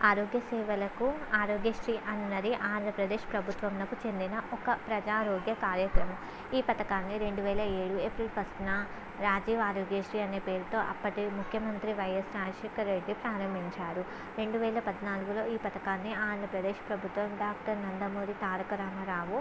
ఆరోగ్య సేవలకు ఆరోగ్యశ్రీ అన్నది ఆంధ్రప్రదేశ్ ప్రభుత్వమునకు చెందిన ఒక ప్రజారోగ్య కార్యక్రమం ఈ పథకాన్ని రెండు వేల ఏడు ఏప్రిల్ ఫస్ట్న రాజీవ్ ఆరోగ్య శ్రీ అనే పేరుతో అప్పటి ముఖ్యమంత్రి వైయస్ రాజశేఖర్ రెడ్డి ప్రారంభించారు రెండు వేల పద్నాలుగులో ఈ పథకాన్ని ఆంధ్రప్రదేశ్ ప్రభుత్వ డాక్టర్ నందమూరి తారకరామారావు